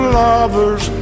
lovers